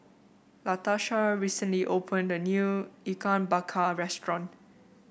Latarsha recently opened a new Ikan Bakar restaurant